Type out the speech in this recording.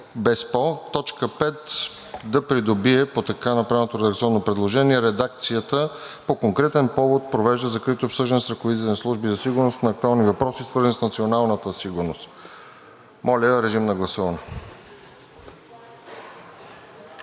или“. Точка 5 да придобие по така направеното редакционно предложение редакцията: „5. По конкретен повод провежда закрито обсъждане с ръководители на служби за сигурност на актуални въпроси, свързани с националната сигурност.“ Моля, режим на гласуване.